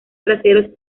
traseros